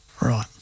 Right